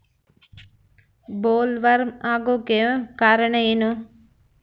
Bollworm ಆಗೋಕೆ ಕಾರಣ ಏನು?